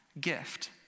gift